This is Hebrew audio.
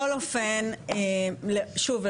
שוב,